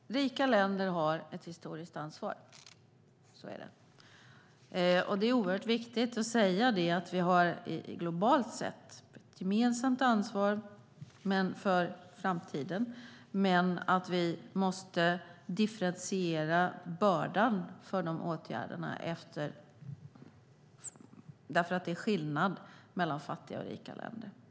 Herr talman! Rika länder har ett historiskt ansvar. Så är det. Det är oerhört viktigt att säga att vi globalt sett har ett gemensamt ansvar för framtiden men att vi måste differentiera bördan för de åtgärderna därför att det är skillnad mellan fattiga och rika länder.